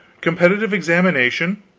competitive examination?